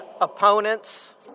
opponents